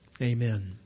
Amen